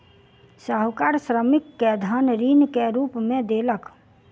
साहूकार श्रमिक के धन ऋण के रूप में देलक